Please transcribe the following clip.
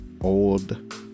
old